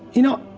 you know,